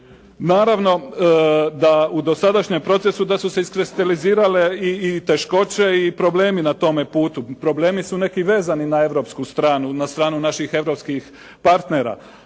Naravno, da u dosadašnjem procesu da su se iskristalizirale i teškoće i problemi na tome putu. Problemi su neki vezani na europsku stranu, na stranu naših europskih partnera.